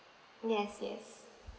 yes yes